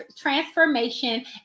transformation